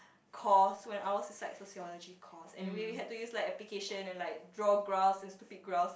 course when ours is like sociology course anyway we had to use like application and like draw graphs and stupid graphs